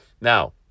Now